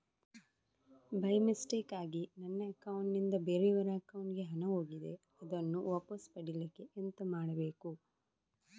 By ಮಿಸ್ಟೇಕಾಗಿ ನನ್ನ account ನಿಂದ ಬೇರೆಯವರ ಅಕೌಂಟ್ ಗೆ ಹಣ ಹೋಗಿದೆ ಅದನ್ನು ವಾಪಸ್ ಪಡಿಲಿಕ್ಕೆ ಎಂತ ಮಾಡಬೇಕು?